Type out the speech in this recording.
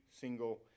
single